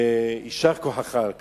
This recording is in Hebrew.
ויישר כוחך על כך.